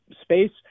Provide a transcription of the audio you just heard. space